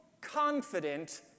confident